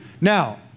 Now